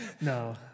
No